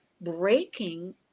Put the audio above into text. breaking